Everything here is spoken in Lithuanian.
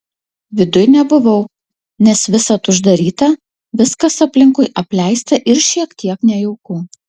viduj nebuvau nes visad uždaryta viskas aplinkui apleista ir šiek tiek nejauku